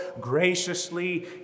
graciously